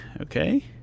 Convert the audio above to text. Okay